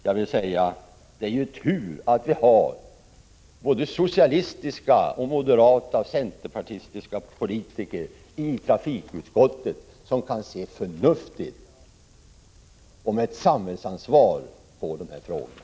Det är ju tur att vi har socialistiska och moderata och centerpartistiska politiker i trafikutskottet som kan se förnuftigt och med samhällsansvar på de här frågorna.